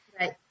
Right